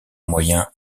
moyen